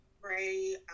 Pray